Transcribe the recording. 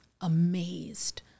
amazed